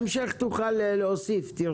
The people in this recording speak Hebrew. בהמשך תוכל להוסיף, תרשום לך את הנקודות.